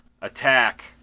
attack